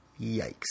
yikes